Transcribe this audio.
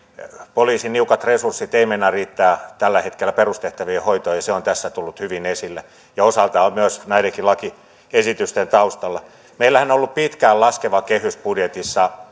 poliisin niukat resurssit eivät meinaa riittää tällä hetkellä perustehtävien hoitoon ja se on tässä tullut hyvin esille ja osaltaan on näidenkin lakiesitysten taustalla meillähän on ollut pitkään laskeva kehys budjetissa